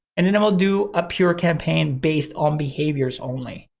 and and then we'll do a pure campaign based on behaviors only,